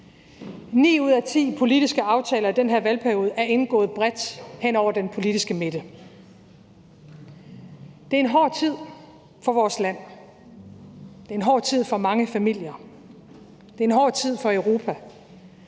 Ni ud af ti politiske aftaler i den her valgperiode er indgået bredt hen over den politiske midte. Kl. 12:43 Det er en hård tid for vores land. Det er en hård tid for mange familier. Det er en hård tid for Europa.